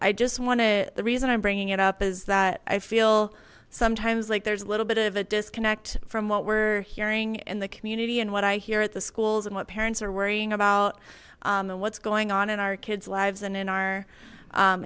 i just want to the reason i'm bringing it up is that i feel sometimes like there's a little bit of a disconnect from what we're hearing in the community and what i hear at the schools and what parents are worrying about and what's going on in our kids lives and in our